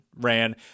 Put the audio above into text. ran